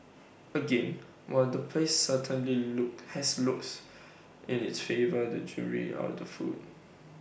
again while the place certainly look has looks in its favour the jury out on the food